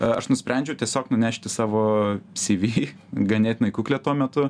aš nusprendžiau tiesiog nunešti savo syvy ganėtinai kuklią tuo metu